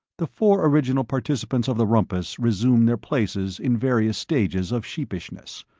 the four original participants of the rumpus resumed their places in various stages of sheepishness.